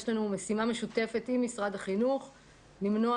יש לנו משימה משותפת עם משרד החינוך למנוע